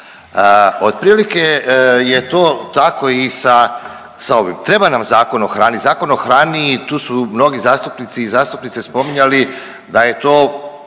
Otprilike je to tako i sa ovim. Treba nam Zakon o hrani. Zakon o hrani tu su mnogi zastupnici i zastupnice spominjali da je to